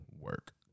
work